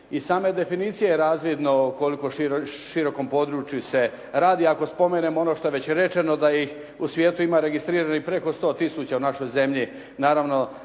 Iz same definicije je razvidno o koliko širokom području se radi ako spomenem ono što je već rečeno da ih u svijetu ima registriranih preko 100 tisuća, u našoj zemlji